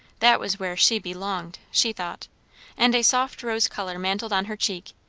that was where she belonged, she thought and a soft rose colour mantled on her cheek,